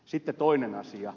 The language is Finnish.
sitten toinen asia